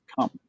come